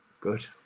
Good